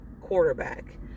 quarterback